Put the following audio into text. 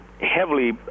heavily